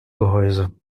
gehäuse